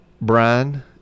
Brian